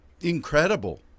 incredible